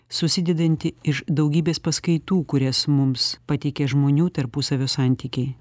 susidedanti iš daugybės paskaitų kurias mums pateikė žmonių tarpusavio santykiai